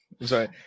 sorry